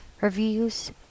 reviews